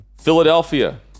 Philadelphia